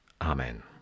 Amen